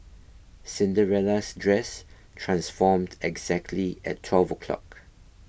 Cinderella's dress transformed exactly at twelve o'clock